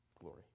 glory